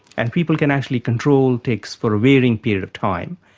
and people can actually control tics for a varying period of time.